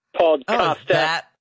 podcaster